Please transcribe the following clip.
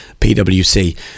pwc